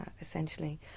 essentially